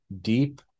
deep